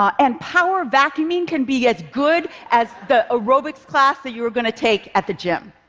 um and power-vacuuming can be as good as the aerobics class that you were going to take at the gym.